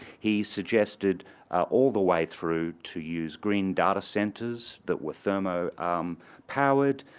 he suggested all the way through to use green data centers that were thermo powered.